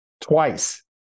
Twice